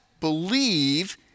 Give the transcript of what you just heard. believe